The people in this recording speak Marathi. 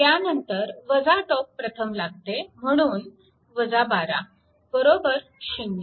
त्यानंतर टोक प्रथम लागते म्हणून 12 बरोबर 0